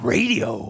Radio